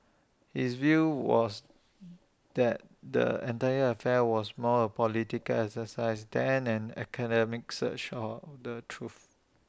his view was that the entire affair was more A political exercise than an academic search for the truth